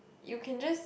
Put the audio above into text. you can just